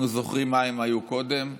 אנחנו זוכרים מה הם היו קודם,